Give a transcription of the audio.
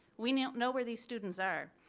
we now know where these students are.